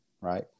Right